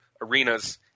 arenas